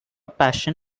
passion